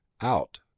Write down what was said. out